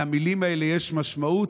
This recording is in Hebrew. למילים האלה יש משמעות,